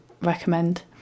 recommend